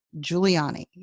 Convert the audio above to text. Giuliani